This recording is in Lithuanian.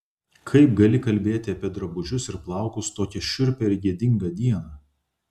kaip gali kalbėti apie drabužius ir plaukus tokią šiurpią ir gėdingą dieną